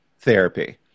therapy